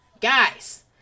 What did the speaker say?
Guys